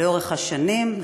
לאורך השנים,